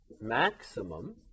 maximum